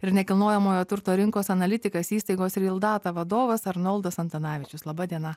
ir nekilnojamojo turto rinkos analitikas įstaigos real data vadovas arnoldas antanavičius laba diena